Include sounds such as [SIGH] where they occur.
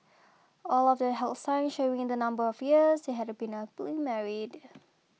all of them held signs showing the number of years they had been [UNINTELLIGIBLE] married